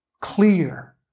clear